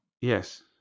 Yes